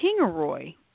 Kingaroy